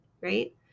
right